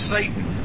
Satan